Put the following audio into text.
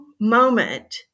moment